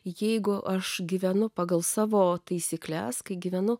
jeigu aš gyvenu pagal savo taisykles kai gyvenu